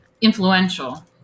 influential